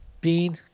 Bean